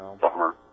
Bummer